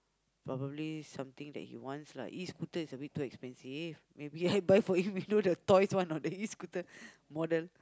probably something that he wants lah E-scooter is a bit too expensive maybe I buy for him you know the toys one ah the E-scooter model